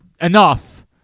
enough